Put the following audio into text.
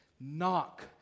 knock